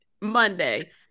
Monday